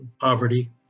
poverty